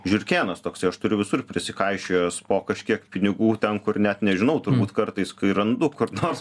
žiurkėnas toksai aš turiu visur prisikaišiojęs po kažkiek pinigų ten kur net nežinau turbūt kartais kai randu kur nors